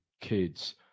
kids